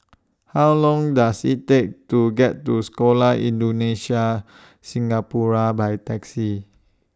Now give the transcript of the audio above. How Long Does IT Take to get to Sekolah Indonesia Singapura By Taxi